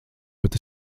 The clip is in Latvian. bet